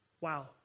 Wow